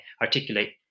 articulate